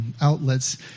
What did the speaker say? outlets